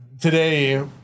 today